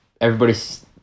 everybody's